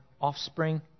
offspring